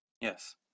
Yes